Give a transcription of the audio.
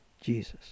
Jesus